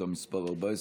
שאילתה מס' 14,